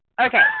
Okay